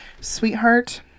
sweetheart